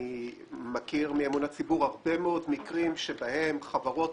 אני מכיר מאמון הציבור הרבה מאוד מקרים שבהם חברות